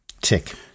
tick